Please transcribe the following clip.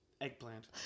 eggplant